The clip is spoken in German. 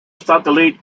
satellit